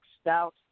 stout